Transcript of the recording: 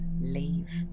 leave